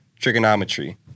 trigonometry